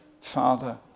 Father